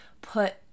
put